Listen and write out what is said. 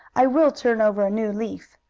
i will turn over a new leaf.